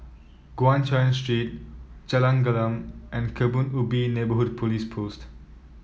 Guan Chuan Street Jalan Gelam and Kebun Ubi Neighbourhood Police Post